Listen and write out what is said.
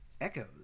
echoes